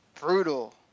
brutal